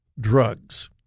drugs